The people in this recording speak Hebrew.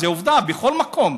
זו עובדה, בכל מקום.